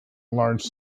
large